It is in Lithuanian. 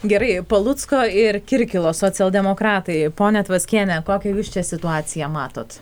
gerai palucko ir kirkilo socialdemokratai ponia tvaskiene kokią jūs čia situaciją matot